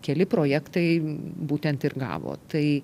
keli projektai būtent ir gavo tai